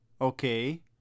Okay